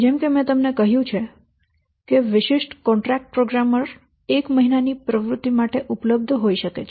જેમ કે મેં તમને કહ્યું છે કે વિશિષ્ટ કોન્ટ્રાકટ પ્રોગ્રામરો એક મહિનાની પ્રવૃત્તિ માટે ઉપલબ્ધ હોઈ શકે છે